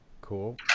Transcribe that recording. Cool